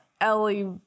Ellie